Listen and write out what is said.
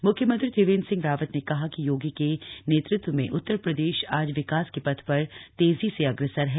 म्ख्यमंत्री त्रिवेंद्र सिंह रावत ने कहा कि योगी के नेतृत्व में उत्तर प्रदेश आज विकास के थ र तेजी से अग्रसर है